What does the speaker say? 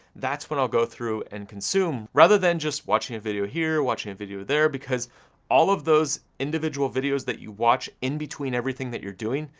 that's when i'll go through and consume, rather than just watching a video here, watching a video there, because all of those individual videos that you watch in between everything that you're doing,